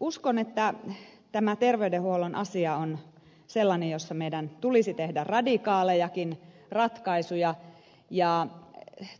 uskon että tämä terveydenhuollon asia on sellainen jossa meidän tulisi tehdä radikaalejakin ratkaisuja ja